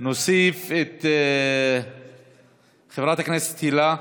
נוסיף את חברת הכנסת הילה,